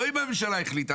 לא אם הממשלה החליטה.